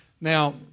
Now